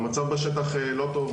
המצב בשטח לא טוב.